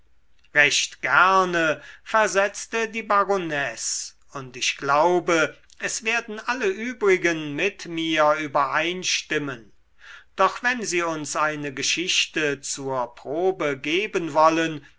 recht gerne versetzte die baronesse und ich glaube es werden alle übrigen mit mir übereinstimmen doch wenn sie uns eine geschichte zur probe geben wollen